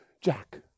Jack